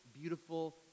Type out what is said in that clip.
beautiful